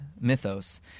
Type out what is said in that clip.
mythos